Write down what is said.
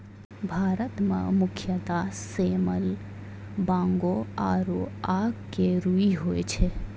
भारत मं मुख्यतः सेमल, बांगो आरो आक के रूई होय छै